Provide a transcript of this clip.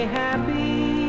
happy